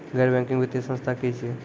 गैर बैंकिंग वित्तीय संस्था की छियै?